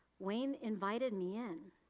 wayne invited me in.